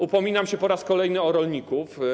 Upominam się po raz kolejny o rolników.